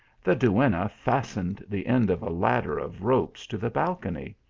the duenna fastened the end of a ladder of ropes to the balcony,